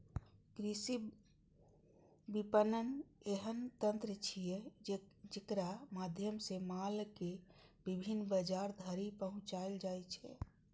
कृषि विपणन एहन तंत्र छियै, जेकरा माध्यम सं माल कें विभिन्न बाजार धरि पहुंचाएल जाइ छै